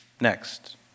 next